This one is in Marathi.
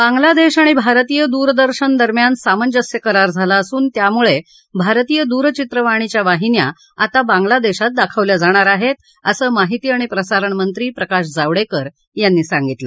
बांग्लादेश आणि भारतीय दूरदर्शन दरम्यान सामंज्यस्य करार झाला असून त्यामुळे भारतीय दूरघित्रवाणीच्या वाहिन्या आता बांग्लादेशात दाखवल्या जाणार आहेत असं माहिती आणि प्रसारण मंत्री प्रकाश जावडेकर यांनी सांगितलं